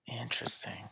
Interesting